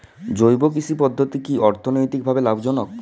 জৈব কৃষি পদ্ধতি কি অর্থনৈতিকভাবে লাভজনক?